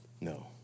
No